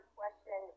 question